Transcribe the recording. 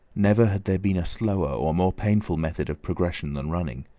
never had there been a slower or more painful method of progression than running.